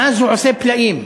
מאז הוא עושה פלאים.